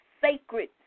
sacred